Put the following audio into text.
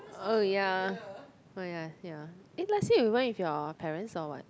oh ya oh ya ya eh last year you went with your parents or what